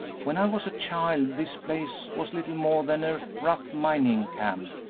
when i was a child this place was little more than a rough mining camp,